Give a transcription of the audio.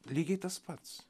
lygiai tas pats